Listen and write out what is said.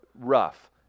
rough